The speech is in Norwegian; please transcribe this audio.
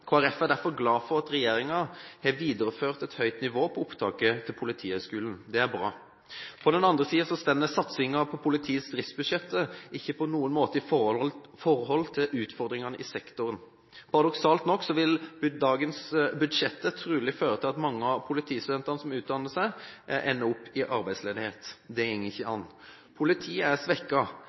er derfor glad for at regjeringen har videreført et høyt nivå på opptaket til Politihøgskolen. Det er bra. På den annen side står satsingen på politiets driftsbudsjetter ikke på noen måte i forhold til utfordringene i sektoren. Paradoksalt nok vil dagens budsjetter trolig føre til at mange av politistudentene som utdanner seg, ender opp i arbeidsledighet. Det går ikke an. Politiet er